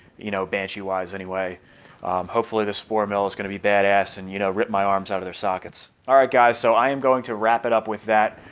you know banshee wise anyway hopefully this four mill is gonna be badass and you know rip my arms out of their sockets all right guys, so i am going to wrap it up with that.